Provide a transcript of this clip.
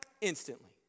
instantly